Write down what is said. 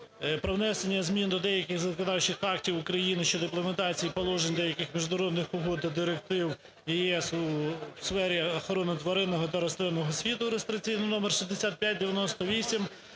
до внесення змін до деяких законодавчих актів України щодо імплементації положень деяких міжнародних угод та директив ЄС у сфері охорони тваринного та рослинного світу (реєстраційний номер 6598)